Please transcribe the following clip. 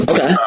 Okay